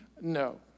No